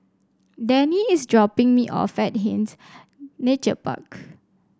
Denny is dropping me off at Hindhede Nature Park